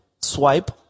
swipe